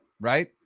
Right